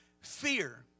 fear